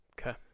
Okay